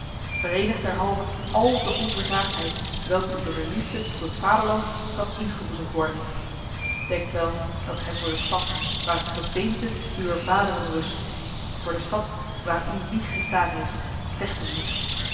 verenigt derhalve al de onversaagdheid welke u door de liefde tot het vaderland kan ingeboezemd worden denkt wel dat gij voor de stad waar het gebeente uwer vaderen rust voor de stad waar uw wieg gestaan heeft vechten moet